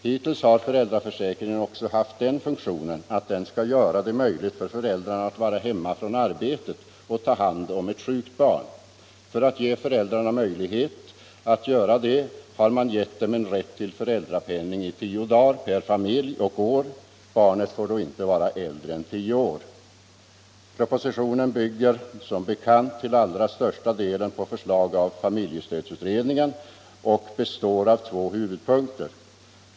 Hittills har föräldraförsäkringen också haft den funktionen att den skall göra det möjligt för föräldrarna att vara hemma från arbetet och ta hand om ett sjukt barn För att ge föräldrarna denna möjlighet har de fått rätt till föräldrapenning i tio dagar per familj och år. Barnet får då inte vara äldre än tio år. Propositionen bygger som bekant till allra största delen på förslag av familjestödsutredningen och består av två huvudpunkter.